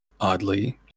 Oddly